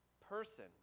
person